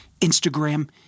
Instagram